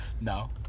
No